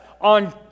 on